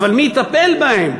אבל מי יטפל בהם?